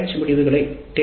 நன்றி முடிவுகளை story